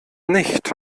nicht